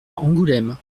angoulême